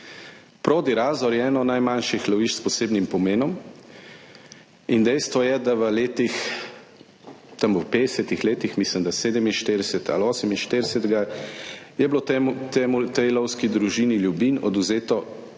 Prodi Razor je eno najmanjših lovišč s posebnim pomenom in dejstvo je, da v letih, tam v 50. letih, mislim da 47. ali 48., je bilo tej lovski družini Ljubinj odvzeto